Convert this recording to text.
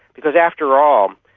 because after um